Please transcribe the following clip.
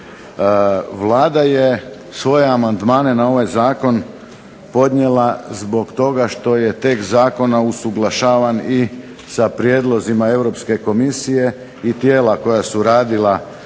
Vlada je svoje amandmane na ovaj zakon podnijela zbog toga što je tekst zakona usuglašavan i sa prijedlozima Europske komisije i tijela koja su radila